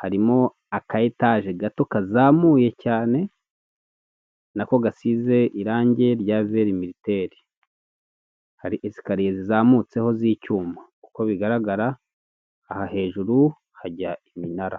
harimo aka etaje gato kazamuye cyane nako gasize irange rya vere miritere. Hari esikariye zizamutseho z'icyuma uko bigaragara aha hejuru hajya iminara.